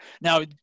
Now